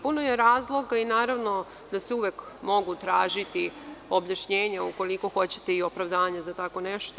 Puno je razloga i naravno da se uvek mogu tražiti objašnjenja, ukoliko hoćete, i opravdanja za tako nešto.